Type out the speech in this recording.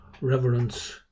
reverence